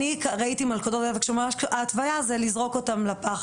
אני ראיתי מלכודות דבק שממש ההתוויה זה לזרוק אותן לפח,